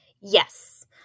Yes